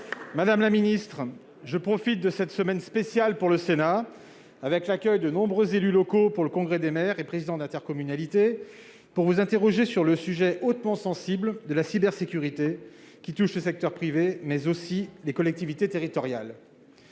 Madame la ministre, je profite de cette semaine spéciale pour le Sénat- marquée par l'accueil de nombreux élus locaux à l'occasion du Congrès des maires et présidents d'intercommunalité -pour vous interroger sur le sujet hautement sensible de la cybersécurité, qui touche le secteur privé, mais aussi les collectivités territoriales.